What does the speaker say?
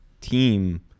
team